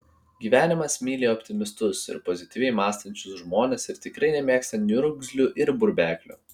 gyvenimas myli optimistus ir pozityviai mąstančius žmones ir tikrai nemėgsta niurgzlių ir burbeklių